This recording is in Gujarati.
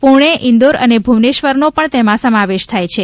પૂણે ઇન્દોર અને ભુવનેશ્વરનો પણ તેમાં સમાવેશ થાય છે